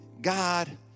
God